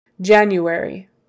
January